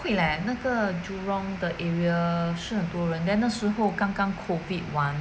会 leh 那个 jurong the area 是很多人 then 那时候刚刚 COVID 完